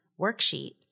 worksheet